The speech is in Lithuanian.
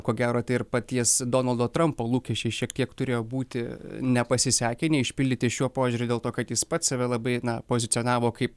ko gero tai ir paties donaldo trampo lūkesčiai šiek tiek turėjo būti nepasisekę neišpildyti šiuo požiūriu dėl to kad jis pats save labai pozicionavo kaip